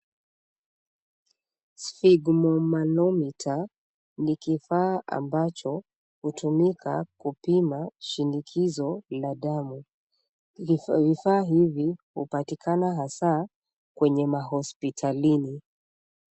Skigmomanomita ni kifaa ambacho hutumika kupima shinikizo la damu. Vifaa hivi hupatikana, hasa kwenye mahospitalini.